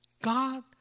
God